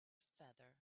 feather